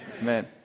Amen